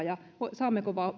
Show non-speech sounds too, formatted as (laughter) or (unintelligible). (unintelligible) ja saammeko